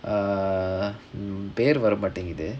err பேரு வர மாட்டிங்குது:paeru vara maatinguthu